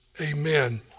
Amen